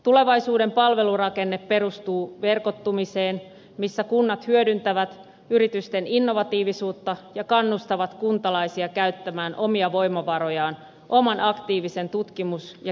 tulevaisuuden palvelurakenne perustuu verkottumiseen missä kunnat hyödyntävät yritysten innovatiivisuutta ja kannustavat kuntalaisia käyttämään omia voimavarojaan oman aktiivisen tutkimus ja kehitystoiminnan ohella